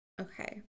Okay